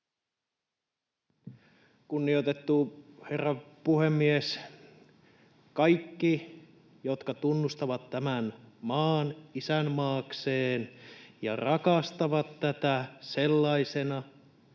Kunnioitettu herra puhemies! ”Kaikki, jotka tunnustavat tämän maan isänmaakseen ja rakastavat tätä sellaisena,